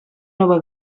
nova